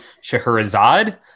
shahrazad